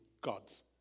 God's